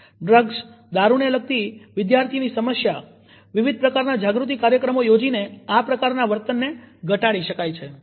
drugs દારૂ ને લગતી વિદ્યાર્થીઓની સમસ્યા વિવિધ પ્રકારનાં જાગૃતિ કાર્યક્રમો યોજીને આ પ્રકારના વર્તનને ઘટાડી શકાય છે